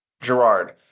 gerard